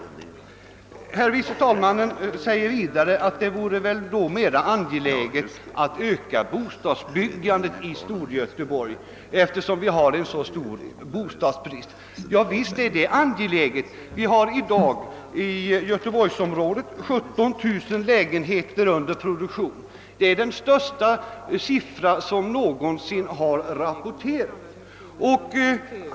Herr förste vice talmannen menar vidare att det vore mera trängande att öka bostadsbyggandet i Storgöteborg, eftersom vi har så stor bostadsbrist. Visst är det behövligt. Vi har i dag i göteborgsområdet 17 000 lägenheter under produktion; det är det största antal som någonsin har rapporterats.